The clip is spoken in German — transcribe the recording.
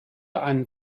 einen